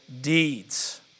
deeds